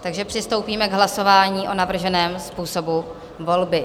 Takže přistoupíme k hlasování o navrženém způsobu volby.